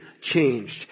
changed